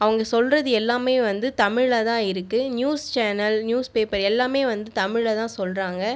அவங்க சொல்கிறது எல்லாமே வந்து தமிழில் தான் இருக்குது நியூஸ் சேனல் நியூஸ் பேப்பர் எல்லாமே வந்து தமிழில் தான் சொல்கிறாங்க